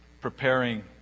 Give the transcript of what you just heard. preparing